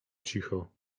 cicho